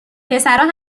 پسرا